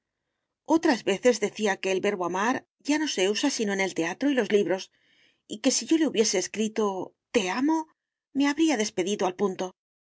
otras veces decía que el verbo amar ya no se usa sino en el teatro y los libros y que si yo le hubiese escrito te amo me habría despedido al punto